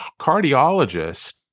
cardiologist